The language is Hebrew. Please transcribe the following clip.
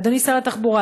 אדוני שר התחבורה,